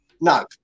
No